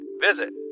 Visit